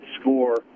score